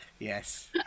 Yes